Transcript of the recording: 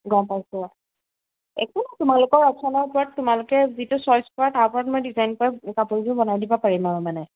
গম পাইছোঁ একো নহয় তোমালোকৰ অপশানৰ ওপৰত তোমালোকে যিটো চইচ কৰা তাৰ ওপৰত মই ডিজাইন কৰা কাপোৰযোৰ বনাই দিব পাৰিম আৰু মানে